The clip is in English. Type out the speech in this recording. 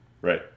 Right